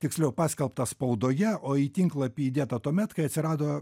tiksliau paskelbta spaudoje o į tinklapį įdėta tuomet kai atsirado